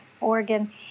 Oregon